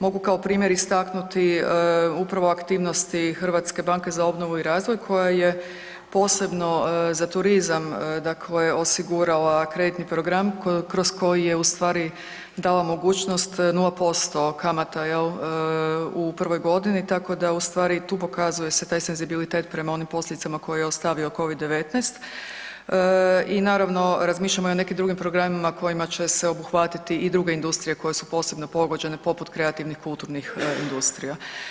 Mogu kao primjer istaknuti upravo aktivnosti HBOR-a koja je posebno za turizam dakle osigurala kreditni program kroz koji je ustvari dala mogućnost 0% kamata, je li, u prvoj godini, tako da ustvari i tu pokazuje se taj senzibilitet prema onim posljedicama koje je ostavio Covid-19 i naravno, razmišljamo i o nekim drugim programima kojima će se obuhvatiti i druge industrije koje su posebno pogođene poput kreativnih kulturnih industrija.